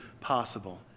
possible